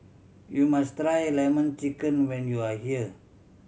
you must try Lemon Chicken when you are here